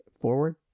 forward